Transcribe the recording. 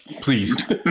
Please